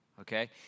Okay